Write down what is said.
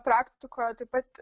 praktikoje taip pat